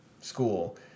school